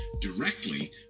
directly